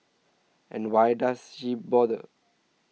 and why does she bother